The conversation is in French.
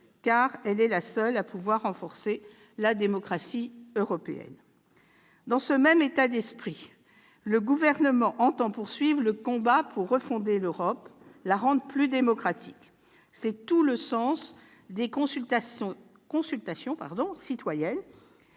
car elle est la seule à pouvoir renforcer la démocratie européenne. Dans ce même état d'esprit, le Gouvernement entend poursuivre le combat pour refonder l'Europe et la rendre plus démocratique. C'est tout le sens des consultations citoyennes